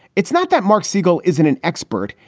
it's not that marc siegel isn't an expert.